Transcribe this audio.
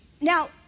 Now